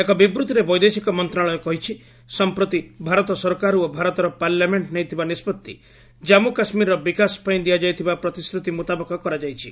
ଏକ ବିବୃତ୍ତିରେ ବୈଦେଶିକ ମନ୍ତ୍ରଣାଳୟ କହିଛି ସମ୍ପ୍ରତି ଭାରତ ସରକାର ଓ ଭାରତର ପାର୍ଲାମେଙ୍କ ନେଇଥିବା ନିଷ୍କଭି ଜାନ୍ମୁ କାଶ୍କୀରର ବିକାଶ ପାଇଁ ଦିଆଯାଇଥିବା ପ୍ରତିଶ୍ରତି ମୁତାବକ କରାଯାଇଛି